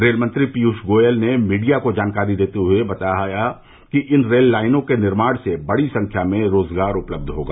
rail मंत्री पीयूष गोयल ने media को जानकारी देते हुए कहा कि इन रेल लाइनों के निर्माण से बड़ी संख्या में रोजगार उपलब्ध होगा